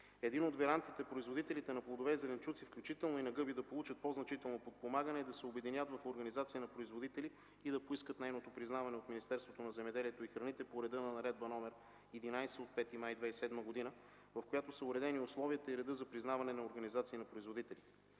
Един от вариантите производителите на плодове и зеленчуци, включително и на гъби, да получат по-значително подпомагане, е да се обединят в организация на производители и да поискат нейното признаване от Министерството на земеделието и храните по реда на Наредба № 11 от 5 май 2007 г., в която са уредени условията и редът за признаване на организация на производителите.